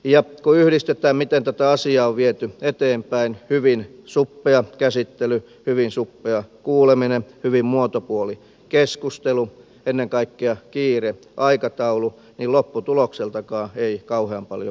kun yhdistetään miten tätä asiaa on viety eteenpäin hyvin suppea käsittely hyvin suppea kuuleminen hyvin muotopuoli keskustelu ennen kaikkea kiire aikataulu niin lopputulokseltakaan ei kauhean paljon voi odottaa